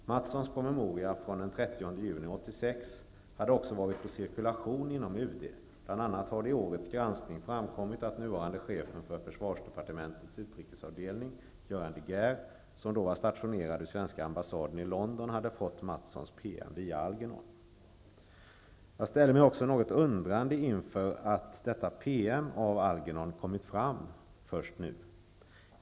Mattsons promemoria från den 30 juni 1986 hade också varit på cirkulation inom UD. Bl.a. har det i året granskning framkommit att nuvarande chefen för försvarsdepartementets utrikesavdelning, Göran de Geer, som då var stationerad vid svenska ambassaden i London, hade fått Mattsons PM via Jag ställer mig också något undrande när det gäller den promemoria av Algernon som har kommit fram först nu.